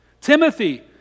Timothy